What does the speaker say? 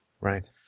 right